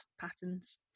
patterns